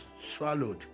swallowed